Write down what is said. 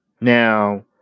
Now